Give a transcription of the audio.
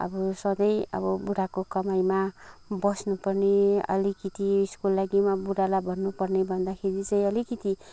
अब सधैँ अब बुढाको कमाइमा बस्नु पर्ने अलिकति उसको लागि पनि बुढालाई भन्नुपर्ने भन्दाखेरि चाहिँ अलिकति